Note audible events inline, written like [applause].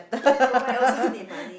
go where also [breath] need money